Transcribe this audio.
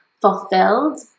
fulfilled